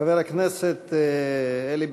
חבר הכנסת אלי